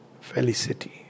felicity